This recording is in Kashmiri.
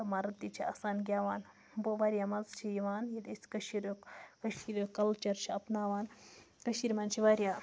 تہٕ مرٕد تہِ چھِ آسان گیٚوان بہٕ واریاہ مَزٕ چھِ یِوان ییٚلہِ أسۍ کٔشیٖریُک کٔشیٖریُک کَلچَر چھِ اَپناوان کٔشیٖرِ منٛز چھِ واریاہ